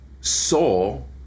soul